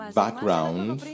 background